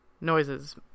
noises